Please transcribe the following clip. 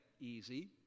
easy